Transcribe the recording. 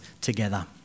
together